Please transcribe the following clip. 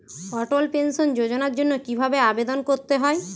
অটল pension যোজনার জন্য কি ভাবে আবেদন করতে হয়?